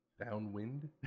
Downwind